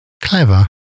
clever